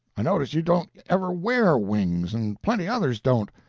i notice you don't ever wear wings and plenty others don't.